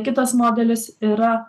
kitas modelis yra